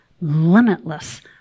limitless